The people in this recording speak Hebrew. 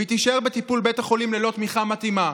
והיא תישאר בטיפול בית החולים ללא תמיכה מתאימה?